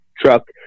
truck